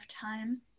time